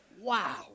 Wow